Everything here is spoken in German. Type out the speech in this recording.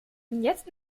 jetzt